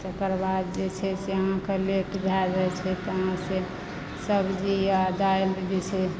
तकर बाद जे छै से अहाँके लेट भय जाइ छै तहन से सब्जी आ दालि जे छै